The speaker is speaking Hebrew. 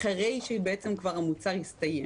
אחרי שכבר המוצר הסתיים.